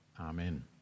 Amen